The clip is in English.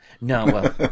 No